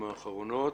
רבות.